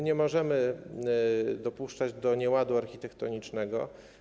Nie możemy dopuszczać do nieładu architektonicznego.